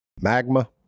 Magma